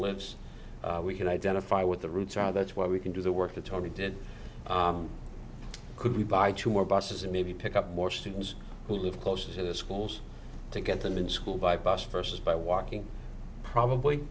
lives we can identify with the roots are that's where we can do the work that tony did could we buy two more buses and maybe pick up more students who live close to the schools to get them in school by bus versus by walking probably